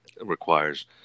requires